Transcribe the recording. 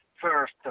first